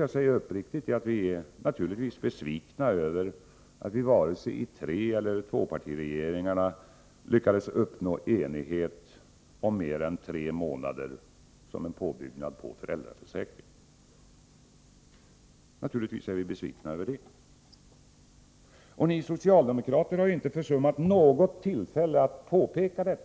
Jag säger uppriktigt att vi naturligtvis är besvikna över att vi varken i treeller tvåpartiregeringarna lyckades uppnå enighet om mer än tre månader som en påbyggnad av föräldraförsäkringen. Ni socialdemokrater har inte försummat något tillfälle att påpeka